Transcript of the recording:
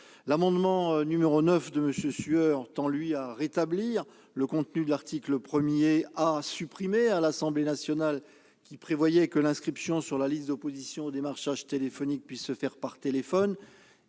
L'amendement n° 9 de M. Sueur tend, quant à lui, à rétablir l'article 1 A, supprimé par l'Assemblée nationale, qui prévoyait que l'inscription sur la liste d'opposition au démarchage téléphonique puisse se faire par téléphone.